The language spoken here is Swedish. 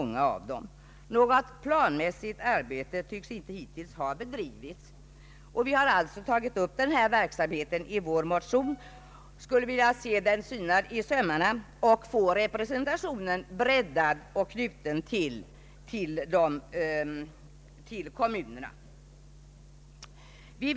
Något planmässigt arbete tycks inte hittills ha bedrivits. Vi har i vår motion tagit upp den här verksamheten och skulle vilja ha den synad i sömmarna, få representationen breddad och knuten till kommunerna.